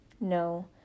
No